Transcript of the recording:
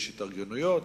יש התארגנויות,